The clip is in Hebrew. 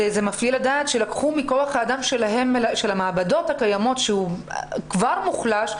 מפליא לדעת שלקחו מכוח האדם של המעבדות הקיימות שכבר מוחלשות,